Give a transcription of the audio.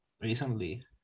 recently